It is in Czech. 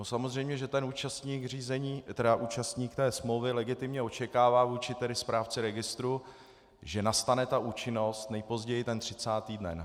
Samozřejmě že ten účastník řízení, tedy účastník té smlouvy, legitimně očekává vůči tedy správci registru, že nastane účinnost nejpozději ten třicátý den.